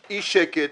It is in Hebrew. אי שקט,